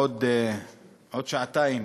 עוד שעתיים,